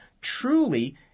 truly